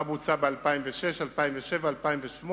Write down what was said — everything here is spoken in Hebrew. מה בוצע ב-2006, 2007, 2008,